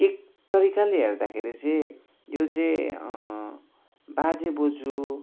एक तरिकाले हेर्दाखेरि चाहिँ यो चाहिँ बाजे बोज्यू